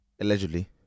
Allegedly